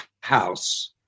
house